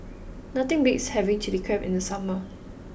nothing beats having Chilli Crab in the summer